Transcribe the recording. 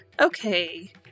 okay